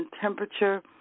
temperature